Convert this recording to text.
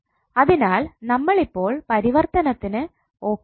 അതിനാൽ നമ്മൾ ഇപ്പോൾ പരിവർത്തനത്തിന് ഓക്കേ ആണ്